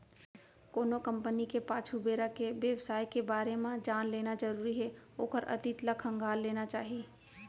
कोनो कंपनी के पाछू बेरा के बेवसाय के बारे म जान लेना जरुरी हे ओखर अतीत ल खंगाल लेना चाही